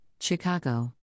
Chicago